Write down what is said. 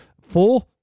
four